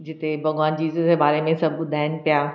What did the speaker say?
जिथे भॻवान जीज़स जे बारे में सभु ॿुधाईनि पिया